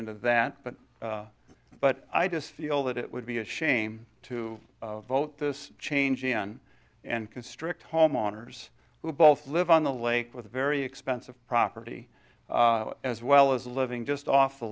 into that but but i just feel that it would be a shame to vote this change in and constrict homeowners who both live on the lake with a very expensive property as well as living just off the